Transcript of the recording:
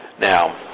Now